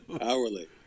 Hourly